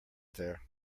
there